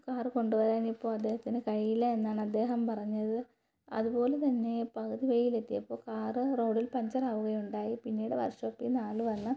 കാര് കൊണ്ടുവരാൻ ഇപ്പോള് അദ്ദേഹത്തിന് കഴിയില്ല എന്നാണ് അദ്ദേഹം പറഞ്ഞത് അതുപോലെ തന്നെ പകുതി വഴിയിലെത്തിയപ്പോൾ കാര് റോഡിൽ പഞ്ചറാവുകയുണ്ടായി പിന്നീട് വർഷോപ്പിന് ആള് വന്ന്